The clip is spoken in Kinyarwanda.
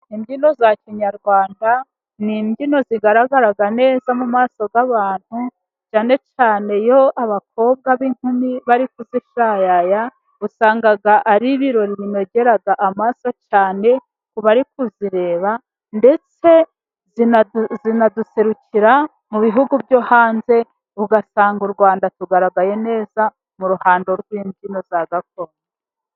Imbyino za kinyarwanda, ni imbyino zigaragara neza mu maso y'abantu, cyane cyane iyo abakobwa b'inkumi bari kuzishayaya, usanga ari ibirori binogerara amaso cyane ku bari kuzireba, ndetse zinaduserukira mu bihugu byo hanze, ugasanga u Rwanda tugaragaye neza mu ruhando rw'imbyino za gakondo.